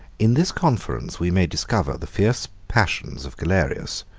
in this conference we may discover the fierce passions of galerius,